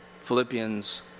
Philippians